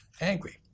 angry